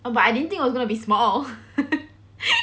but I didn't think was gonna be small